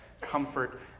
comfort